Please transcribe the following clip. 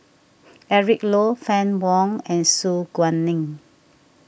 Eric Low Fann Wong and Su Guaning